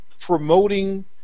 promoting